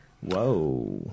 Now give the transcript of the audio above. Whoa